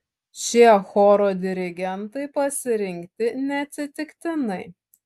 šie choro dirigentai pasirinkti neatsitiktinai